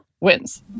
wins